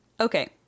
okay